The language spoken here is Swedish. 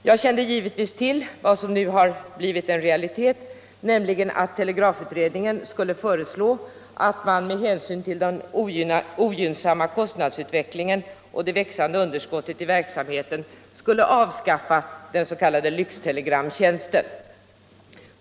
Jag kände givetvis till vad som nu har blivit en realitet, nämligen att telegramutredningen skulle föreslå att man med hänsyn till den ogynnsamma kostnadsutvecklingen och det växande underskottet i verksamheten skulle avskaffa den s.k. lyxtelegramtjänsten.